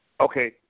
Okay